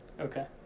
Okay